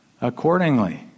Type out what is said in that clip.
accordingly